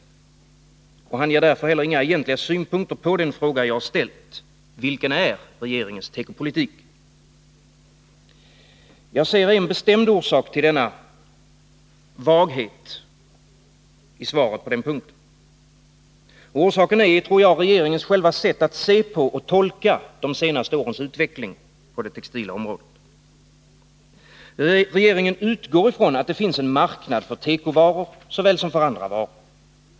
Han anlägger därför inte heller några egentliga synpunkter på den fråga jag har ställt: Vilken är regeringens tekopolitik? Jagser en bestämd orsak till vagheten i svaret på den punkten. Orsaken är, tror jag, regeringens själva sätt att se på och tolka de senaste årens utveckling på det textila området. Regeringen utgår från att det finns en marknad för tekovaror, lika väl som för andra varor.